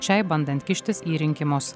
šiai bandant kištis į rinkimus